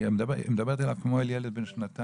כי היא מדברת אליו כמו אל ילד בן שנתיים,